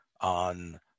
on